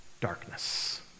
darkness